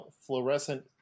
fluorescent